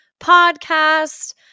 podcast